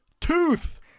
tooth